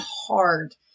hard